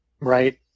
Right